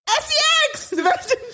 sex